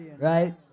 Right